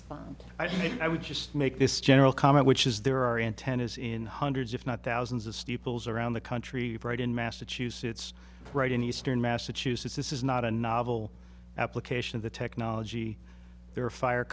mean i would just make this general comment which is there are antennas in hundreds if not thousands of steeples around the country right in massachusetts right in eastern massachusetts this is not a novel application of the technology there are fire